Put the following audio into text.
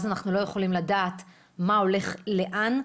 אנחנו לא יכולים לדעת מה הולך לאן,